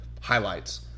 highlights